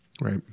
Right